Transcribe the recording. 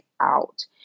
out